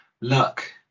luck